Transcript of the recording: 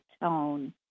tone